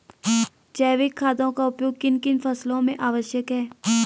जैविक खादों का उपयोग किन किन फसलों में आवश्यक है?